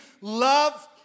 love